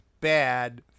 bad